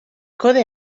kode